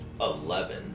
Eleven